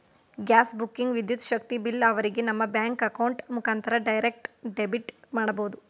gas booking, ವಿದ್ಯುತ್ ಶಕ್ತಿ bill ಅವರಿಗೆ ನಮ್ಮ ಬ್ಯಾಂಕ್ ಅಕೌಂಟ್ ಮುಖಾಂತರ ಡೈರೆಕ್ಟ್ ಡೆಬಿಟ್ ಮಾಡಬಹುದು